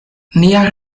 nia